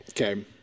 Okay